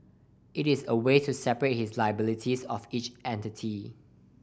it is a way to separate the liabilities of each entity